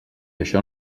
això